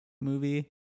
movie